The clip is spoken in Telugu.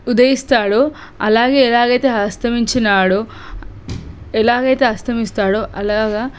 ఉదయిస్తాడో అలాగే ఎలాగైతే అస్తమిస్తానాడో ఎలాగైతే అస్తమిస్తాడో అలాగ